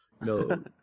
no